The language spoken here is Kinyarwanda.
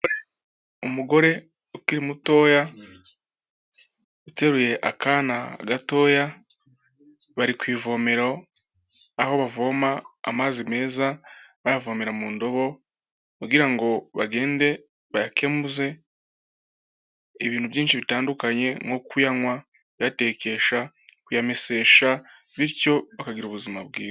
Umugore ukiri mutoya uteruye akana gatoya bari kuvomero aho bavoma amazi meza bayavomera mu ndobo kugira ngo bagende bayakemuze ibintu byinshi bitandukanye nko kuyanywa, bayatekesha, kuyamesesha, bityo bakagira ubuzima bwiza.